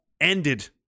ended